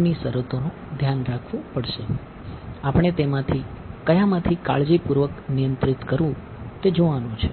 ની શરતોનું ધ્યાન રાખવું પડશે આપણે તેમાંથી કયામાંથી કાળજીપૂર્વક નિયંત્રિત કરવું તે જોવાનું છે